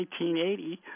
1980